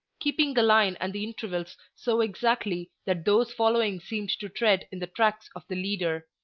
keeping the line and the intervals so exactly that those following seemed to tread in the tracks of the leader.